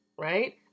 right